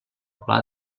pla